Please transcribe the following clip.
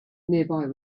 nearby